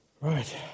Right